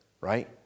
right